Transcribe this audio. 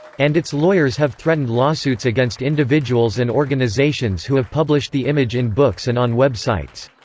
and its lawyers have threatened lawsuits against individuals and organizations who have published the image in books and on web sites.